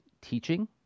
teaching